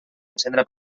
encendre